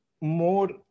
more